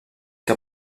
que